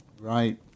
right